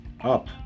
up